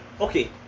Okay